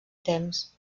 temps